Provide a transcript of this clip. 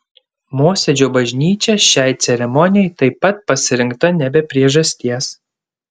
mosėdžio bažnyčia šiai ceremonijai taip pat pasirinkta ne be priežasties